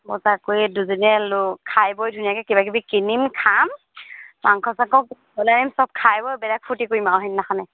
বজাৰ কৰি দুজনীয়ে ল খাই বৈ ধুনীয়াকৈ কিবা কিবি কিনিম খাম মাংস চাংস সব খাই বৈ বেলেগ ফূৰ্তি কৰিম আৰু সেইদিনাখনেই